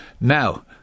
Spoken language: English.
Now